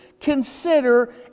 consider